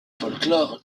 folklore